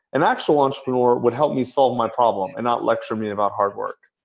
an actual entrepreneur would help me solve my problem and not lecture me about hard work.